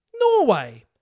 Norway